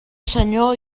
senyor